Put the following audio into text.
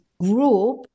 group